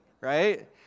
right